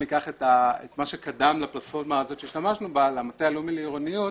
ניקח את מה שקדם לפלטפורמה הזאת שהשתמשנו בה למטה הלאומי לעירוניות,